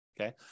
okay